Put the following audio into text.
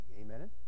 Amen